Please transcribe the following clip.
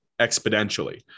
exponentially